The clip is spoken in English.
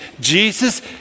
Jesus